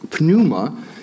Pneuma